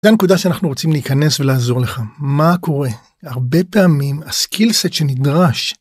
זה הנקודה שאנחנו רוצים להיכנס ולעזור לך, מה קורה? הרבה פעמים הסקילסט שנדרש.